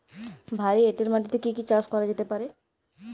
ভারী এঁটেল মাটিতে কি কি চাষ করা যেতে পারে?